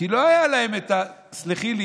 כי לא היו להם, תסלחי לי,